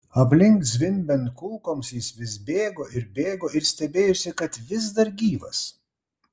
aplink zvimbiant kulkoms jis vis bėgo ir bėgo ir stebėjosi kad vis dar gyvas